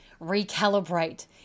recalibrate